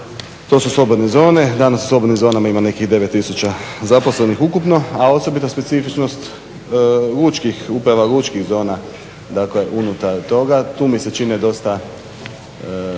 to slobodne zone. Danas u slobodnim zonama ima nekih 9000 zaposlenih ukupno, a osobita specifičnost lučkih, uprava lučkih zona dakle unutar toga, tu mi se čine dosta